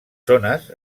zones